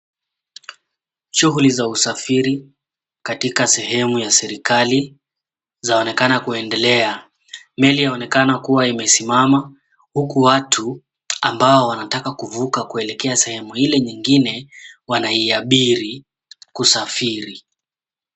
Shughuli za usafiri katika sehemu ya serikali zaonekana kuendelea. Meli yaonekana kuwa imesimama huku watu ambao wanataka kuvuka kuelekea sehemu ile nyingine wanaiabiri kuisafiri.